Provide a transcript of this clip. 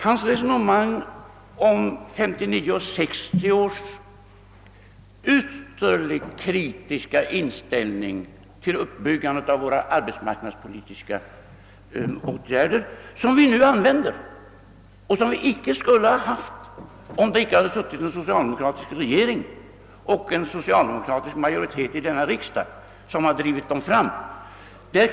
Han resonerar om 1959 och 1960 års ytterligt kritiska inställning till uppbyggandet av våra arbetsmarknadspolitiska åtgärder, som vi nu tillämpar men som vi icke skulle ha haft om det icke hade suttit en socialdemokratisk regering och en socialdemokratisk majoritet i denna riksdag som hade drivit fram dem.